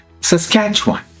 Saskatchewan